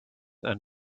and